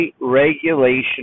regulation